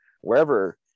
wherever